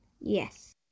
Yes